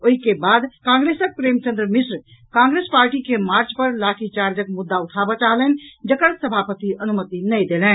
ओहि के बाद कांग्रेसक प्रेमचंद्र मिश्र कांग्रेस पार्टी के मार्च पर लाठीचार्जक मुद्दा उठाबऽ चाहलनि जकर सभापति अनुमति नहिं देलनि